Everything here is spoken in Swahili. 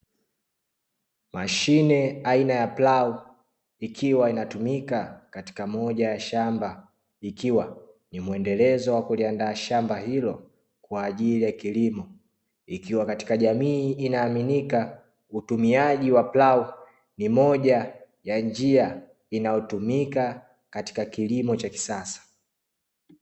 Mashine aina ya plau ikiwa inatumika katika moja ya shamba, ikiwa ni mwendelezo wa kuliandaa shamba hilo kwa ajili ya kilimo, ikiwa katika jamii inaaminika utumiaji wa plau ni moja ya njia inayotumika katika kilimo cha kisasa.